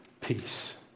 peace